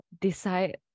decide